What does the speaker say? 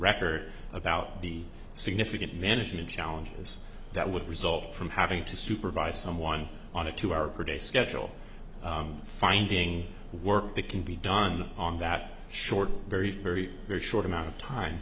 record about the significant management challenges that would result from having to supervise someone on a two hour per day schedule finding work that can be done on that short very very very short amount of time